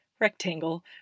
rectangle